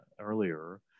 earlier